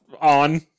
on